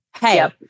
Hey